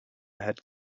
head